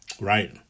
right